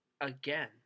again